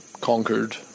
conquered